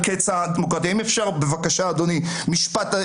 משפט אחרון, אדוני.